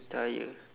retire